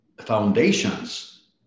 foundations